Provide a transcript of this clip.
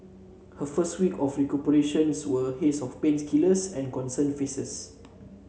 her first weeks of recuperation were a haze of painkillers and concerned faces